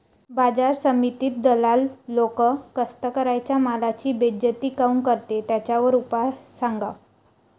बाजार समितीत दलाल लोक कास्ताकाराच्या मालाची बेइज्जती काऊन करते? त्याच्यावर उपाव सांगा